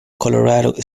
colorado